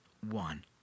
one